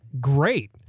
great